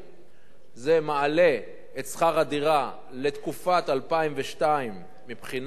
זה מעלה את שכר הדירה לתקופת 2012 מבחינת אחוזים,